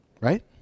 Right